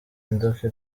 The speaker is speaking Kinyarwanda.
inzoka